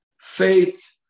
faith